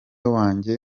wanjye